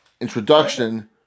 introduction